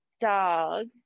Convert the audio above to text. dog